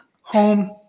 home